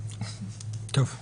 טוב,